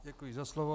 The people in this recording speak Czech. Děkuji za slovo.